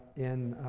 in